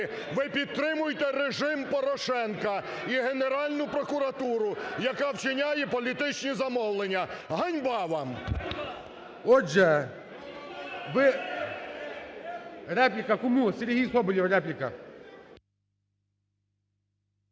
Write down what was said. ви підтримуєте режим Порошенка і Генеральну прокуратуру, яка вчиняє політичні замовлення. Ганьба вам!